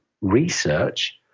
research